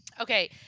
Okay